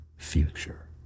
future